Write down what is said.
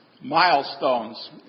milestones